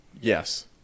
Yes